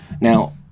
Now